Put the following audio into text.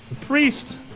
priest